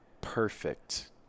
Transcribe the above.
perfect